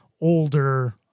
older